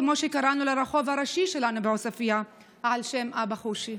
כמו שקראנו לרחוב הראשי שלנו בעוספיא על שם אבא חושי".